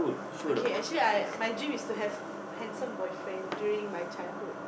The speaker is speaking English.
okay actually I my dream is to have handsome boyfriend during my childhood